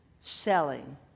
selling